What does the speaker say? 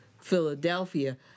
Philadelphia